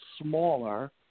smaller